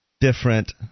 different